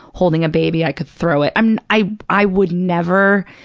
holding a baby, i could throw it. i'm, i i would never,